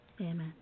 Amen